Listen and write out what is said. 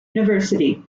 university